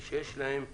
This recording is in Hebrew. ויש להם שליחים.